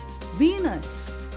Venus